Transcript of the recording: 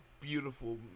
beautiful